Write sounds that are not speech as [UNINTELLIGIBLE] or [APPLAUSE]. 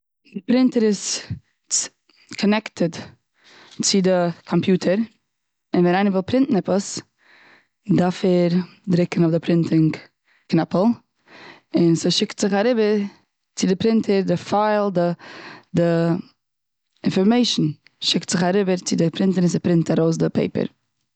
פרינטער איז [UNINTELLIGIBLE] קאנעקטעד צו די קאמפיוטער. און ווען איינער וויל פרינטן עפעס דארף ער דריקן אויף די פרינטינג קנעפל. און ס'שיקט זיך אריבער צו די פרינטער די פייל, די, די אינפארמעשן שיקט זיך אריבער צו די פרינטער און ס'פרינט ארויס די פעיפער.